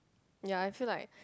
ya I feel like